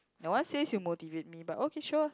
that one says you motivate me but okay sure